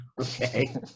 Okay